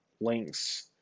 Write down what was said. links